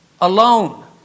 Alone